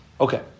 Okay